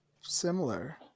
similar